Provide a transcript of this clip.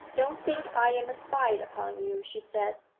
don't think i am a spy upon you she said,